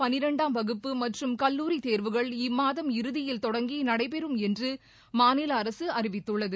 பனிரெண்டாம் வகுப்பு மற்றும் கல்லூரி தேர்வுகள் இம்மாதம் இறுதியில் தொடங்கி நடைபெறும் என்று மாநில அரசு அறிவித்துள்ளது